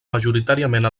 majoritàriament